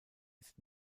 ist